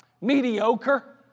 mediocre